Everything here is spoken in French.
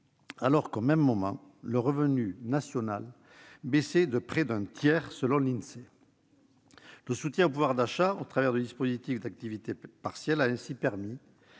alors qu'au même moment le revenu national baissait de près d'un tiers, selon l'Insee. Le soutien au pouvoir d'achat, au travers du dispositif d'activité partielle, a ainsi permis